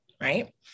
right